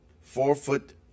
four-foot